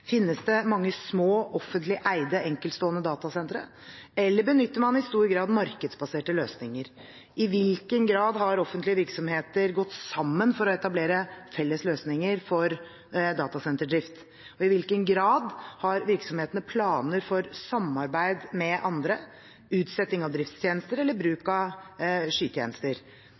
Finnes det mange små, offentlig eide enkeltstående datasentre, eller benytter man i stor grad markedsbaserte løsninger? I hvilken grad har offentlige virksomheter gått sammen for å etablere felles løsninger for datasenterdrift, og i hvilken grad har virksomhetene planer for samarbeid med andre – utsetting av driftstjenester eller bruk